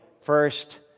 First